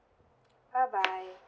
bye bye